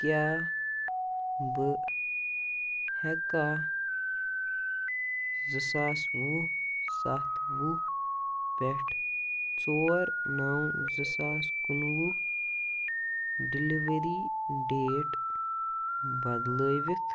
کیٛاہ بہٕ ہیٚکیٛا زٕ ساس وُہ ستھ وُہ پٮ۪ٹھ ژور نو زٕ ساس کُنوُہ ڈیلیوری ڈیٹ بدلٲوِتھ